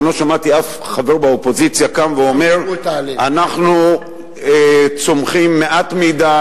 אני לא שמעתי אף חבר באופוזיציה קם ואומר: אנחנו צומחים מעט מדי.